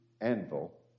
anvil